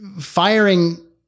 firing